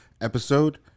episode